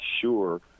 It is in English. sure